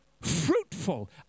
fruitful